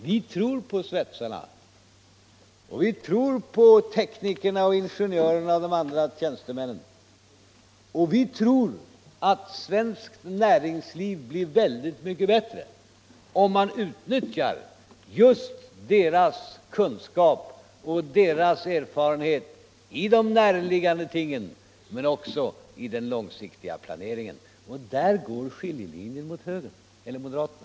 Vi tror på svetsarna, teknikerna, ingenjörerna och de andra tjänstemännen och vi tror att svenskt näringsliv blir väldigt mycket bättre, om man utnyttjar just deras kunskap och erfarenhet i de närliggande tingen men också i den långsiktiga planeringen, och där går skiljelinjen mot moderaterna.